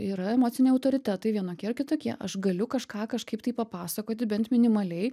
yra emociniai autoritetai vienokie ar kitokie aš galiu kažką kažkaip tai papasakoti bent minimaliai